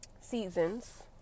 seasons